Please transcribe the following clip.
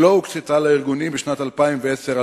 שלא הוקצתה לארגונים בשנים 2009 2010?